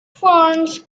ferns